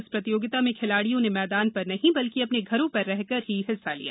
इस प्रतियोगिता में खिलाड़ियों ने मैदान पर नहीं बल्कि अपने घरों पर रहकर ही हिस्सा लिया